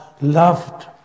loved